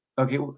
Okay